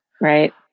right